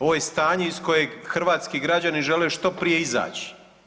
Ovo je stanje iz kojeg hrvatski građani žele što prije izaći.